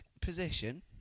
position